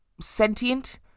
sentient